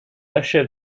achève